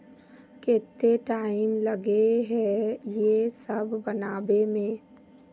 केते टाइम लगे है ये सब बनावे में?